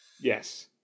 yes